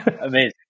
Amazing